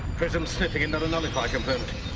prism's sniffing another nullfier component.